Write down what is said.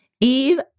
Eve